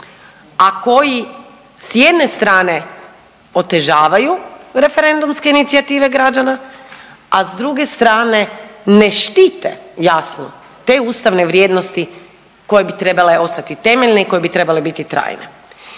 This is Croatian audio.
a koji s jedne strane otežavaju referendumske inicijative građana, a s druge strane ne štite jasno te ustavne vrijednosti koje bi trebale ostati temeljne i koje bi trebale biti trajne.